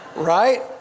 Right